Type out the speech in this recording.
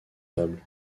table